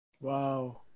wow